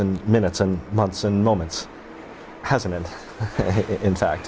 and minutes and months and moments hasn't it in fac